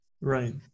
Right